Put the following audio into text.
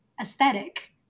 aesthetic